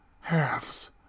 halves